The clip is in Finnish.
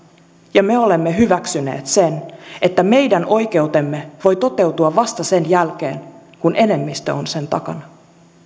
ja me olemme hyväksyneet sen että meidän oikeutemme voi toteutua vasta sen jälkeen kun enemmistö on sen takana